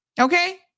Okay